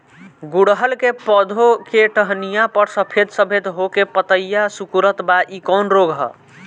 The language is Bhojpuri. गुड़हल के पधौ के टहनियाँ पर सफेद सफेद हो के पतईया सुकुड़त बा इ कवन रोग ह?